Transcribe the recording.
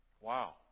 Wow